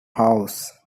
house